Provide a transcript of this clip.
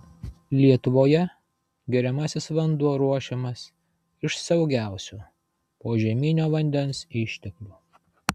lietuvoje geriamasis vanduo ruošiamas iš saugiausio požeminio vandens išteklių